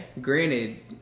granted